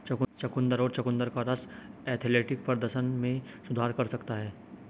चुकंदर और चुकंदर का रस एथलेटिक प्रदर्शन में सुधार कर सकता है